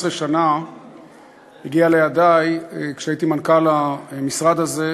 שנה הגיע לידי כשהייתי מנכ"ל המשרד הזה,